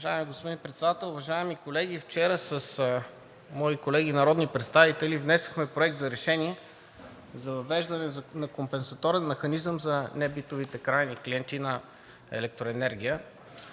уважаеми колеги! Вчера с мои колеги народни представители внесохме Проект на решение за въвеждане на компенсаторен механизъм за небитовите крайни клиенти на електроенергия.